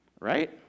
right